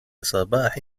صباح